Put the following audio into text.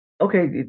okay